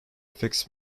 affects